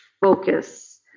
focus